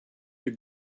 you